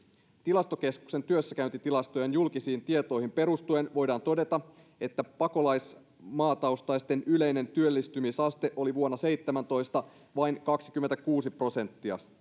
tilastokeskuksen työssäkäyntitilastojen julkisiin tietoihin perustuen voidaan todeta että pakolaismaataustaisten yleinen työllistymisaste oli vuonna seitsemäntoista vain kaksikymmentäkuusi prosenttia